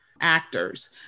actors